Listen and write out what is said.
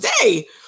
today